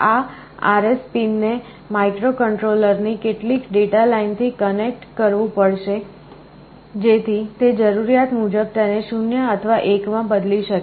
આ RS pin ને માઇક્રોકન્ટ્રોલરની કેટલીક ડેટા લાઇનથી કનેક્ટ કરવું પડશે જેથી તે જરૂરિયાત મુજબ તેને 0 અથવા 1 માં બદલી શકે